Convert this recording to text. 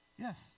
Yes